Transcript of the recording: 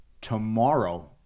tomorrow